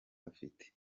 afite